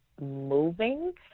moving